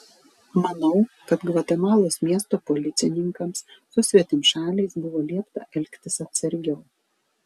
manau kad gvatemalos miesto policininkams su svetimšaliais buvo liepta elgtis atsargiau